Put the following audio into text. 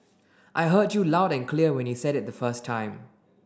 I heard you loud and clear when you said it the first time